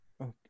Okay